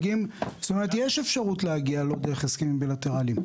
זאת אומרת שיש אפשרות להגיע לא דרך הסכמים בילטרליים.